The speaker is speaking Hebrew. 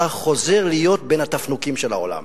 אתה חוזר להיות בן התפנוקים של העולם.